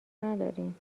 نداریم